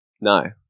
No